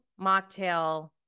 mocktail